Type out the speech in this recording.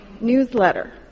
newsletter